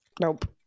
Nope